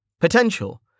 Potential